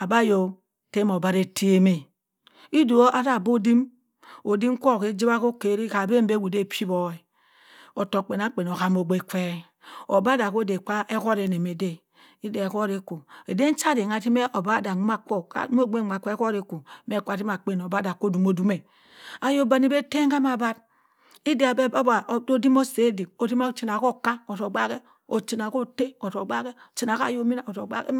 Odi ayo ta mor obari ettem-a idu atsa abo odin odin kwu ajiwa ko okari ko abenbi ewo apiwo ottokh kpanankpen ohami obgh kwe obadaa ko da ma ehot ama ada ida ehot eku aden cha arronng atzin obadha nwa kwu me ehot ako me kana ara obadha a adum-aduma ayok danni be ettem kama aban ida odin osa odik otemma ocha ko okka ozu obaake ochina ko otta obaake ochina ka oyok minna ozuk obaak-e